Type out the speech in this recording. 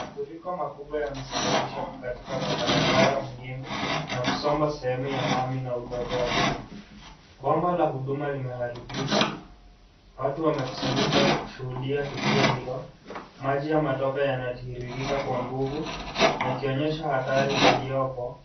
Mafuriko makubwa yamesababisha kukatika kwa barabara muhimu, na kusomba sehemu ya lami na sehemu ya chini. Bomba la huduma limeharibika, watu wamekusanyika kushuhudia tukio hilo. Maji ya matope yanatiririka kwa nguvu, yakionyesha hatari iliyopo.